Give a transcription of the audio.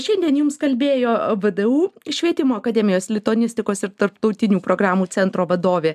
šiandien jums kalbėjo vdu švietimo akademijos lituanistikos ir tarptautinių programų centro vadovė